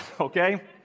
okay